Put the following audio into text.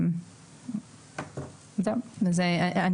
שרת הכלכלה מכיוון שגם הדוח של משרד